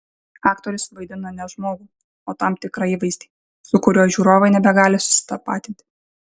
aktorius vaidina ne žmogų o tam tikrą įvaizdį su kuriuo žiūrovai nebegali susitapatinti